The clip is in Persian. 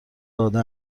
داده